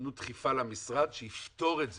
תנו דחיפה למשרד שיפתור את זה,